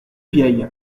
vieilles